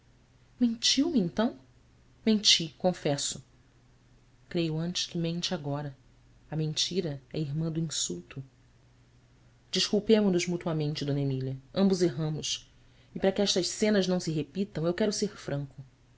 mentiu me então enti confesso reio antes que mente agora a mentira é irmã do insulto esculpemo nos mutuamente d emília ambos erramos e para que estas cenas não se repitam eu quero ser franco